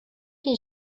did